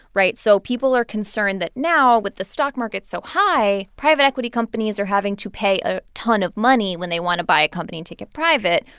right? so people are concerned that now, with the stock market so high, private equity companies are having to pay a ton of money when they want to buy a company and take it private,